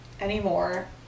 anymore